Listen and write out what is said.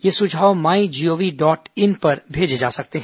ये सुझाव my gov dot in पर भेजे जा सकते हैं